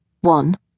One